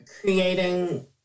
creating